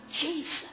Jesus